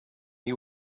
you